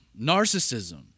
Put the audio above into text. narcissism